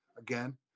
again